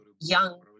young